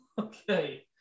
Okay